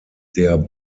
der